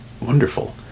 wonderful